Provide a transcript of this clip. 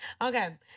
Okay